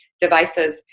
devices